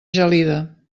gelida